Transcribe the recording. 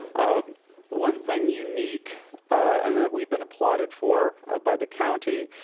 um one thing unique and that we've been applauded for ah by the county,